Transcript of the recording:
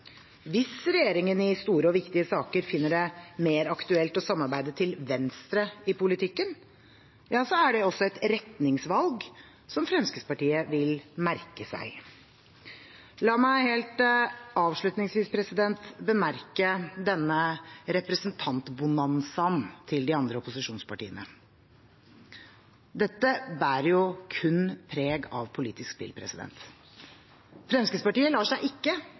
Hvis regjeringen i store og viktige saker finner det mer aktuelt å samarbeide til venstre i politikken, er det et retningsvalg som Fremskrittspartiet vil merke seg. La meg helt avslutningsvis bemerke denne representantbonanzaen til de andre opposisjonspartiene. Dette bærer kun preg av politisk spill. Fremskrittspartiet lar seg ikke